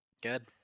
Good